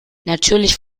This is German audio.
natürlich